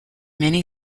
many